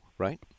Right